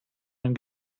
ein